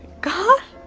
god.